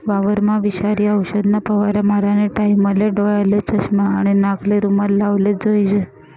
वावरमा विषारी औषधना फवारा मारानी टाईमले डोयाले चष्मा आणि नाकले रुमाल लावलेच जोईजे